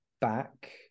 back